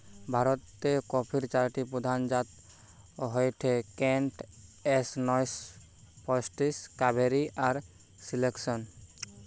ভারতের কফির চারটি প্রধান জাত হয়ঠে কেন্ট, এস নয় শ পয়ষট্টি, কাভেরি আর সিলেকশন